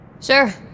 Sure